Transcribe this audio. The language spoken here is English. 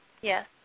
Yes